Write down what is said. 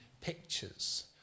pictures